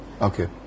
Okay